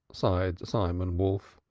sighed simon wolf.